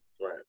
Right